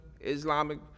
Islamic